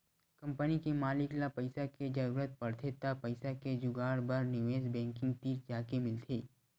company के मालिक ल पइसा के जरूरत परथे त पइसा के जुगाड़ बर निवेस बेंकिग तीर जाके मिलथे